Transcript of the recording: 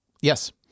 Yes